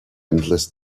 endless